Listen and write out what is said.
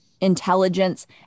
intelligence